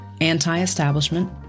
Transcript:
anti-establishment